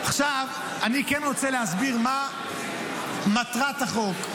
אני כן רוצה להסביר מה מטרת החוק.